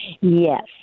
Yes